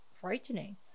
frightening